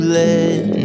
let